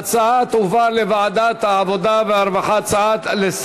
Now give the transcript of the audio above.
ההצעה להפוך את הצעת חוק הביטוח הלאומי